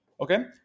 okay